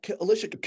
Alicia